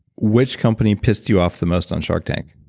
which company pissed you off the most on shark tank?